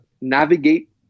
navigate